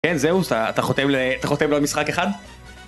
כן, זהו, אתה חותם לעוד משחק אחד?